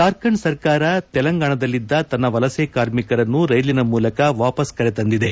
ಜಾರ್ಖಂಡ್ ಸರ್ಕಾರ ತೆಲಂಗಾಣದಲ್ಲಿದ್ದ ತನ್ನ ವಲಸೆ ಕಾರ್ಮಿಕರನ್ನು ರೈಲಿನ ಮೂಲಕ ವಾಪಸ್ ಕರೆತಂದಿದೆ